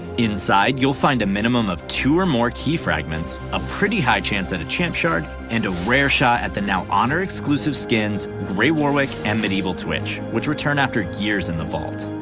inside you'll find a minimum of two or more key fragments, a pretty high chance at a champ shard and a rare shot at the now honor exclusive skins grey warwick and medieval twitch which return after years in the vault.